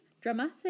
dramatic